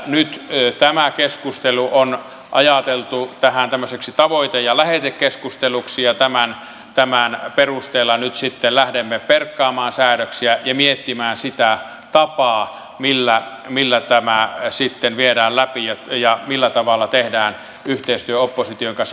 nyt tämä keskustelu on ajateltu tähän tämmöiseksi tavoite ja lähetekeskusteluksi ja tämän perusteella nyt sitten lähdemme perkaamaan säädöksiä ja miettimään sitä tapaa millä tämä sitten viedään läpi ja millä tavalla tehdään yhteistyötä opposition kanssa